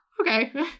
Okay